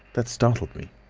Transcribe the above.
that startled me,